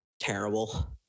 terrible